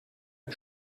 ein